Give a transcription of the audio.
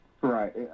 Right